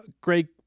great